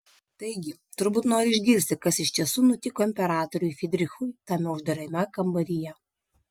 taigi turbūt nori išgirsti kas iš tiesų nutiko imperatoriui frydrichui tame uždarame kambaryje